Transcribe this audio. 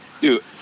dude